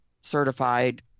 certified